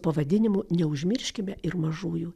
pavadinimu neužmirškime ir mažųjų